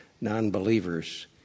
non-believers